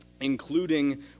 including